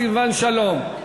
סילבן שלום,